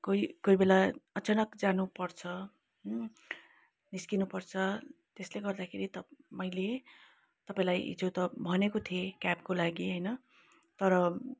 कोही कोही बेला अचानक जानु पर्छ निस्किनु पर्छ त्यसले गर्दाखेरि मैले तपाईँलाई हिजो त भनेको थिएँ क्याबको लागि होइन तर